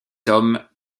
tom